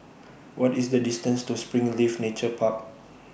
What IS The distance to Springleaf Nature Park